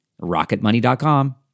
Rocketmoney.com